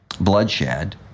bloodshed